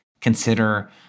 consider